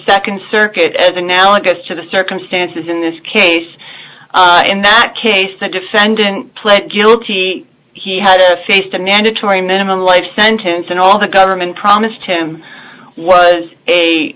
nd circuit an analogous to the circumstances in this case in that case the defendant pled guilty he had faith a mandatory minimum life sentence and all the government promised him was a